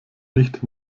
nicht